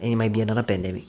and it might be another pandemic